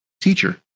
teacher